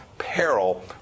peril